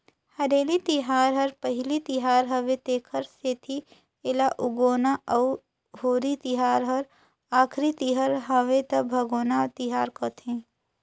हरेली तिहार हर पहिली तिहार हवे तेखर सेंथी एला उगोना अउ होरी तिहार हर आखरी तिहर हवे त भागोना तिहार कहथें